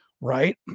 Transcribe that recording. Right